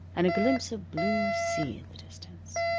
and a glimpse of blue sea in the distance.